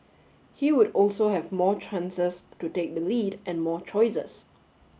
he would also have more chances to take the lead and more choices